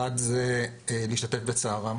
אחד, זה להשתתף בצערם